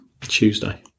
Tuesday